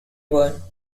were